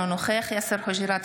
אינו נוכח יאסר חוג'יראת,